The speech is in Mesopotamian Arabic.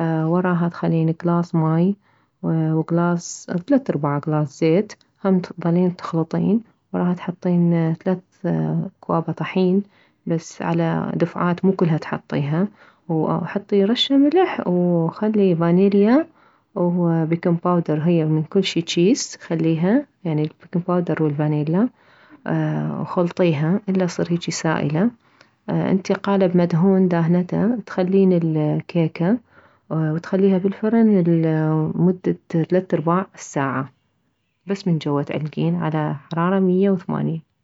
وراها تخلين كلاص ماي وكلاص اوتلات اربع كلاص زيت هم تظلين تخلطين وراها تحطين ثلاث اكواب طحين بس على دفعات مو كلها تحطيها وحطي رش ملح وخلي فانيليا وبيكن باودر هي من كلشي جيس خليها يعني البيكن باودر والفانيلا وخلطها الا تصير هيجي سائلة انتي قالب مدهون داهنته تخلين الكيكة وتخليها بالفرن لمدة ثلاث ارباع الساعة بس من جوه تعلكين على حرارة مية وثمانين